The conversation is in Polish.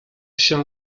się